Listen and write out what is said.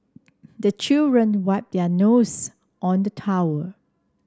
the children wipe their nose on the towel